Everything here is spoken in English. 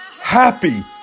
Happy